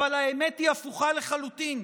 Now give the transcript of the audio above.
אבל האמת היא הפוכה לחלוטין,